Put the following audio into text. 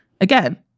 again